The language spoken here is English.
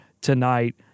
tonight